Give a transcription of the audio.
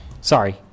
Sorry